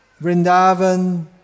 Vrindavan